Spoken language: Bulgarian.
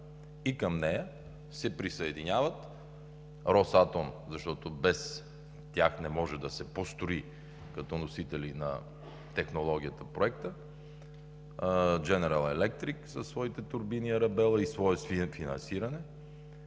И към нея се присъединява „Росатом“, защото без тях не може да се построи, като носители на технологията на проекта, „Дженерал Електрик“ със своите турбини „Арабела“ и свое финансиране,